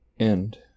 End